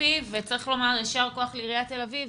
צריך לומר יישר כוח לעיריית תל אביב.